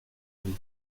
vie